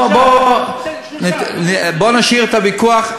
בוא, בוא, בוא נשאיר את הוויכוח.